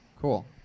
Cool